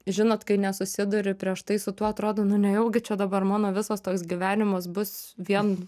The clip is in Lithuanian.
žinot kai nesusiduri prieš tai su tuo atrodo nu nejaugi čia dabar mano visos toks gyvenimas bus vien